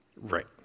Right